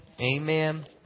Amen